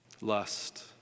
lust